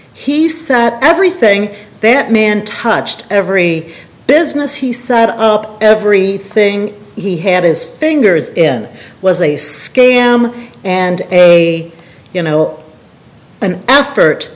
said everything that man touched every business he set up every thing he had his fingers in was a scam and a you know an effort